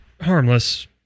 Harmless